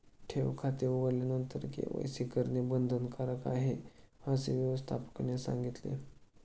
ठेव खाते उघडल्यानंतर के.वाय.सी करणे बंधनकारक आहे, असे व्यवस्थापकाने सांगितले